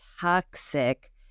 toxic